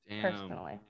personally